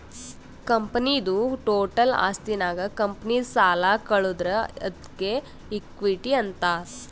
ಕಂಪನಿದು ಟೋಟಲ್ ಆಸ್ತಿನಾಗ್ ಕಂಪನಿದು ಸಾಲ ಕಳದುರ್ ಅದ್ಕೆ ಇಕ್ವಿಟಿ ಅಂತಾರ್